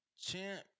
Champ